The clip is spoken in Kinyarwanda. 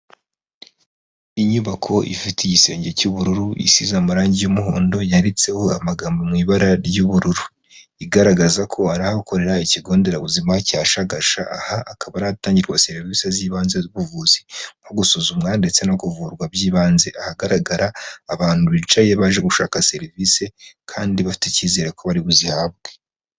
Inyubako ifite igisenge cy'ubururu isize amarangi y'umuhondo yantseho amagambo mu ibara ry'ubururu, igaragaza ko arahakorera ikigo nderabuzima cya Shagasha, aha hakaba hatangirwa serivisi z'ibanze z'ubuvuzi nko gusuzumwa ndetse no kuvurwa by'ibanze ,aha hagaragara abantu bicaye baje gushaka serivisi kandi bafite icyizere ko bari buzihabwe.